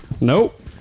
Nope